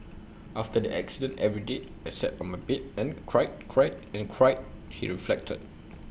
after the accident every day I sat on my bed and cried cried and cried he reflected